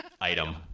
item